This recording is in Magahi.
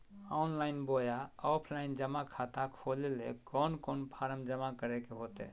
ऑनलाइन बोया ऑफलाइन जमा खाता खोले ले कोन कोन फॉर्म जमा करे होते?